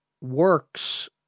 works